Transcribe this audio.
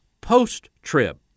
post-trib